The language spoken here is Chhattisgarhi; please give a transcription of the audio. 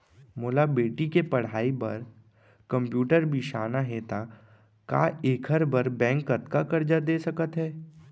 मोला बेटी के पढ़ई बार कम्प्यूटर बिसाना हे त का एखर बर बैंक कतका करजा दे सकत हे?